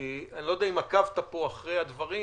אני לא יודע אם עקבת פה אחרי הדברים,